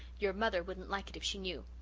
your mother wouldn't like it if she knew.